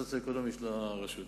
המדד הסוציו-אקונומי של הרשות.